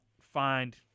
find